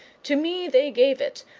to me they gave it,